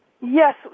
Yes